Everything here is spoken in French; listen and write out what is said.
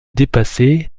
dépasser